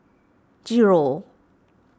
zero